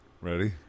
Ready